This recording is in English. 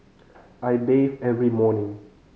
I bathe every morning